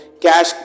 cash